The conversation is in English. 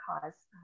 cause